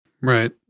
Right